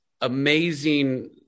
amazing